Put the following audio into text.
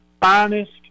finest